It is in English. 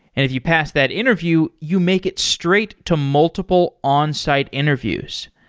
if you pass that interview, you make it straight to multiple on-site interviews.